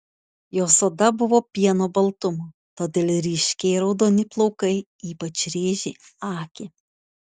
jos oda buvo pieno baltumo todėl ryškiai raudoni plaukai ypač rėžė akį